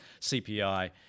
CPI